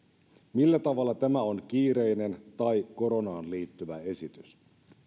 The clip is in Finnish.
millä tavalla tämä on kiireinen tai koronaan liittyvä esitys